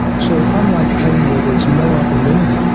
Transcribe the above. so unlike pain where there is no upper limit,